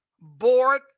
board